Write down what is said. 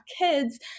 kids